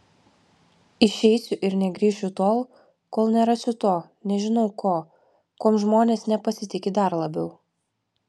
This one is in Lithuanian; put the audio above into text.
išeisiu ir negrįšiu tol kol nerasiu to nežinau ko kuom žmonės nepasitiki dar labiau